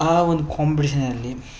ಆ ಒಂದು ಕಾಂಪಿಟಿಷನಲ್ಲಿ